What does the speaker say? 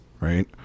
right